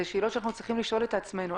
זו שאלה שאנחנו צריכים לשאול את עצמנו.